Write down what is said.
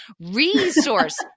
resource